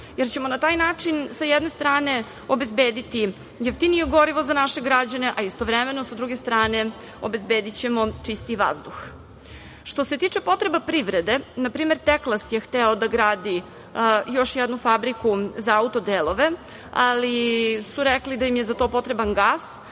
jer ćemo na taj način sa jedne strane obezbediti jeftinije gorivo za naše građane, a istovremeno sa druge strane obezbedićemo čistiji vazduh. Što se tiče potreba privrede, na primer, Teklas je hteo da gradi još jednu fabriku za auto delove, ali su rekli da im je za to potreban gas,